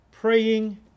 praying